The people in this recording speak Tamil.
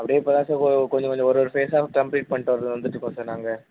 அப்படியே இப்போ தான் சார் கொஞ்சம் கொஞ்சம் ஒரு ஃபேஸாக கம்ப்ளீட் பண்ணிட்டு வந்துட்டு இருக்கோம் சார் நாங்கள்